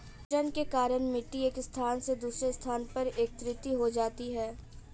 भूक्षरण के कारण मिटटी एक स्थान से दूसरे स्थान पर एकत्रित हो जाती है